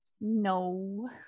no